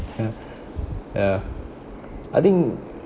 ya ya I think